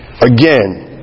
Again